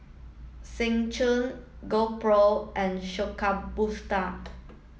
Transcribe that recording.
Seng Choon GoPro and Shokubutsu